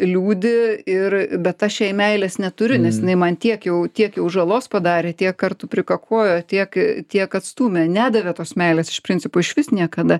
liūdi ir bet aš jai meilės neturiu nes jinai man tiek jau tiek jau žalos padarė tiek kartų prikakojo tiek tiek atstūmė nedavė tos meilės iš principo išvis niekada